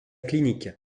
clinique